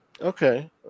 Okay